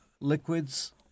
Liquids